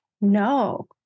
No